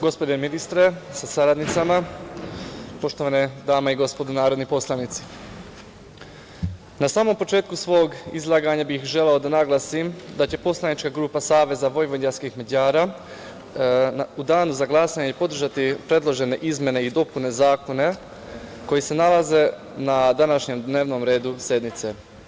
Gospodine ministre sa saradnicama, poštovane dame i gospodo narodni poslanici, na samom početku svog izlaganja bih želeo da naglasim da će poslanička grupa Saveza vojvođanskih Mađara u danu za glasanje podržati predložene izmene i dopune zakona koji se nalaze na današnjem dnevnom redu sednice.